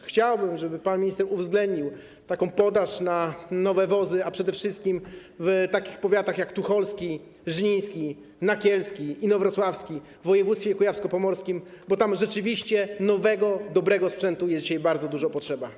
Chciałbym, żeby pan minister uwzględnił podaż, jeśli chodzi o nowe wozy, przede wszystkim w takich powiatach jak tucholski, żniński, nakielski, inowrocławski w województwie kujawsko-pomorskim, bo tam rzeczywiście nowego, dobrego sprzętu dzisiaj bardzo dużo potrzeba.